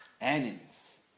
Enemies